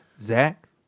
Zach